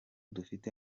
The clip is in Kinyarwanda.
dufite